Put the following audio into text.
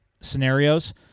scenarios